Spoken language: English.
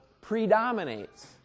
predominates